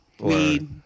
Weed